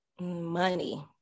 Money